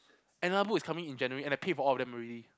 another book is coming in January and I pay for all of them already